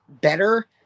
better